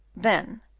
then,